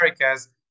Americas